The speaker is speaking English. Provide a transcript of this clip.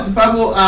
bubble